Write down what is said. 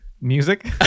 Music